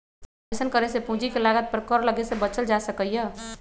अइसन्न करे से पूंजी के लागत पर कर लग्गे से बच्चल जा सकइय